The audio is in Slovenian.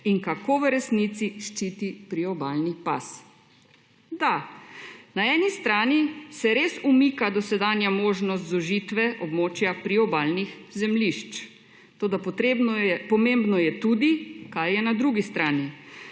in kako v resnici ščiti priobalni pas. Da, na eni strani se res umika dosedanje možnost zožitve območja priobalnih zemljišč, toda pomembno je tudi, kaj je na drugi strani.